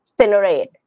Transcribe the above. generate